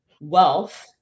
wealth